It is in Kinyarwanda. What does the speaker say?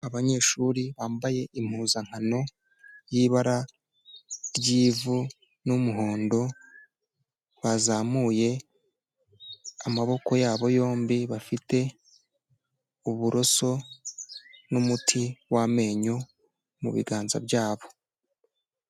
Abanyeshuri bambaye impuzankano y'ibara ry'ivu n'umuhondo, bazamuye amaboko yabo yombi, bafite uburoso n'umuti w'amenyo mu biganza byabo.